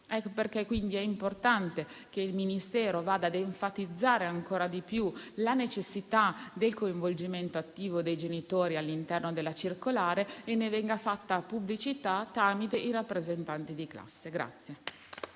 Ecco perché quindi è importante che il Ministero vada ad enfatizzare ancora di più la necessità del coinvolgimento attivo dei genitori all'interno della circolare e ne venga fatta pubblicità tramite i rappresentanti di classe.